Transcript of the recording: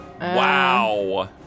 Wow